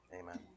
Amen